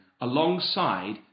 alongside